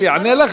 הוא יענה לך,